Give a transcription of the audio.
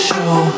Show